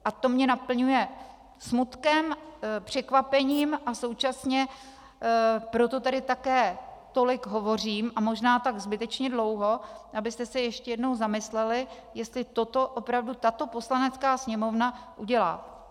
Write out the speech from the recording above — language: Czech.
A to mě naplňuje smutkem, překvapením, a současně proto tady také tolik hovořím, a možná tak zbytečně dlouho, abyste se ještě jednou zamysleli, jestli toto opravdu tato Poslanecká sněmovna udělá.